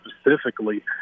specifically